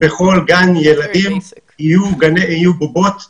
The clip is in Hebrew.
בכל גן ילדים יהיו בובות מגוונות,